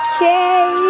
Okay